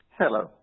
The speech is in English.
Hello